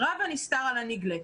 רב הנסתר על הנגלה.